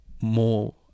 more